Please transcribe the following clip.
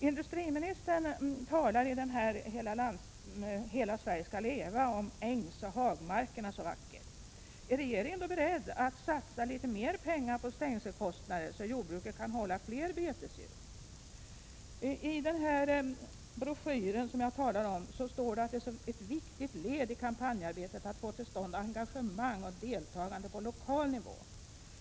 I broschyren ”Hela Sverige ska leva!” talar industriministern så vackert om ängsoch hagmarkerna. Men är regeringen då beredd att satsa litet mer pengar på stängsel, så att jordbruket kan hålla fler betesdjur? Vidare står det i broschyren att ett viktigt led i kampanjarbetet är att få till stånd engagemang och ett deltagande på lokal nivå.